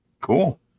Cool